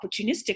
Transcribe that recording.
opportunistic